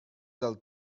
del